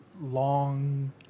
Long